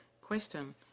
Question